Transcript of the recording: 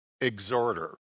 exhorter